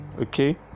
okay